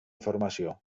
informació